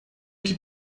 que